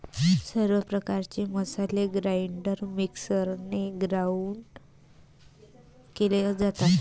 सर्व प्रकारचे मसाले ग्राइंडर मिक्सरने ग्राउंड केले जातात